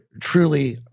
truly